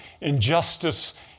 injustice